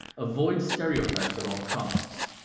avoid stereotypes at all costs.